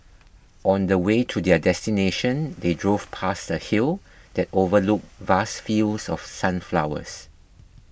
on the way to their destination they drove past a hill that overlooked vast fields of sunflowers